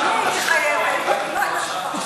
גם אני הייתי חייבת, כן,